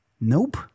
Nope